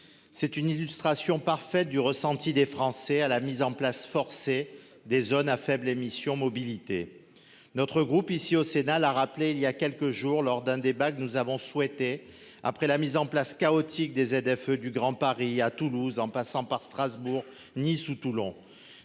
C'est une illustration parfaite du ressenti des Français à la mise en place forcée des zones à faibles émissions mobilité notre groupe ici au Sénat, l'a rappelé il y a quelques jours lors d'un débat que nous avons souhaité, après la mise en place chaotique des ZFE du Grand Paris à Toulouse en passant par Strasbourg, Nice ou Toulon.